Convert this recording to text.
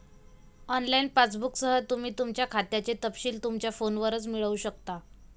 online पासबुकसह, तुम्ही तुमच्या खात्याचे तपशील तुमच्या फोनवरच मिळवू शकता